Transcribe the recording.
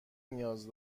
نیاز